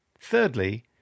Thirdly